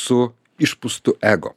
su išpustu ego